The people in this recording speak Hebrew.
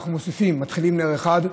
אנחנו מוסיפים: מתחילים נר אחד,